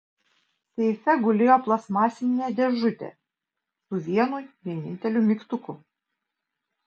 seife gulėjo plastmasinė dėžutė su vienu vieninteliu mygtuku